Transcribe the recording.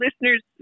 listeners